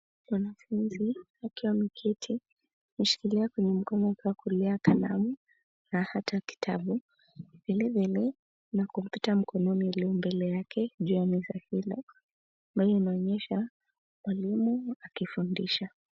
Mwanafunzi akiwa ameketi, ameshikilia kwenye mkono wake wa kulia kalamu na hata kitabu. Vilevile kuna kompyuta mkononi iliyo mbele yake juu ya meza inaonyesha mwalimu akifundisha.